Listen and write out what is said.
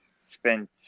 spent